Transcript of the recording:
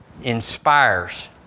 inspires